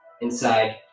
inside